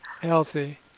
healthy